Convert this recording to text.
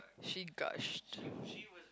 she gushed